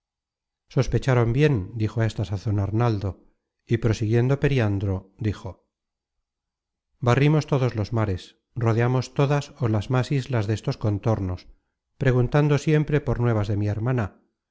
sospecharon bien dijo á esta sazon arnaldo y prosiguiendo periandro dijo barrimos todos los mares rodeamos todas ó las más islas destos contornos preguntando con paz sea dicho de